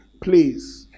please